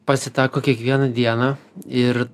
pasitaiko kiekvieną dieną ir